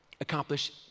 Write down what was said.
accomplish